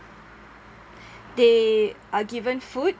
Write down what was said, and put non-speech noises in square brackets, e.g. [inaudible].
[breath] they are given food